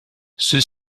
ceux